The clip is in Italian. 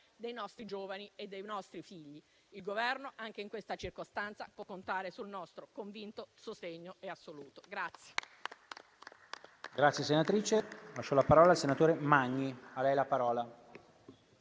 dei nostri giovani e dei nostri figli. Il Governo, anche in questa circostanza, può contare sul nostro convinto sostegno.